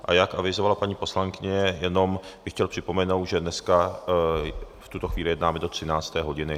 A jak avizovala paní poslankyně, jenom bych chtěl připomenout, že v tuto chvíli jednáme do 13. hodiny.